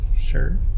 Sure